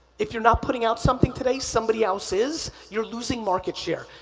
if you're not putting out something today, somebody else is, you're losing market share.